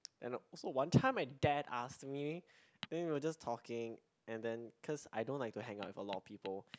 then also one time my dad asked me then we were just talking and then cause I don't like to hang out with a lot of people